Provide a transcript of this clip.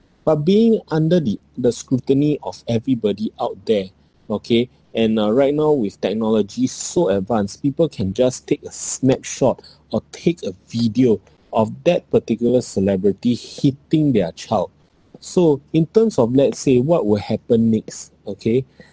but being under the the scrutiny of everybody out there okay and uh right now with technology so advanced people can just take a snapshot or take a video of that particular celebrity hitting their child so in terms of let's say what will happen next okay